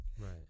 right